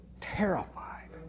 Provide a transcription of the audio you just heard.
terrified